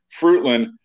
fruitland